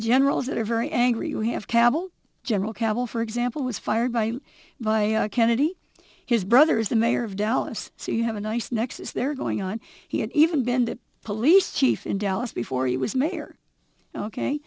generals that are very angry you have kaval general cavill for example was fired by by kennedy his brother is the mayor of dallas so you have a nice nexus there going on he had even been the police chief in dallas before he was mayor ok